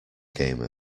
game